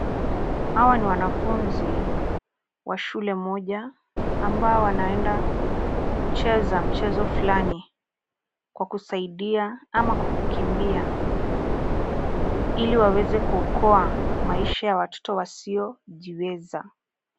Hawa ni wanafunzi wa shule moja ambao wanaenda kucheza mchezo fulani kwa kusaidia ama kwa kukimbia, ili waweze kuokoa maisha ya watoto wasiojiweza.